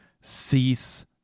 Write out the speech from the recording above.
cease